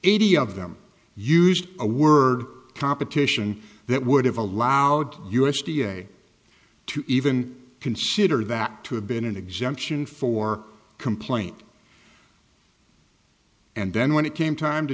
eighty of them used a word competition that would have allowed us da to even consider that to have been an exemption for complaint and then when it came time to